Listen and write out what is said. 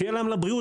שיהיה להם לבריאות,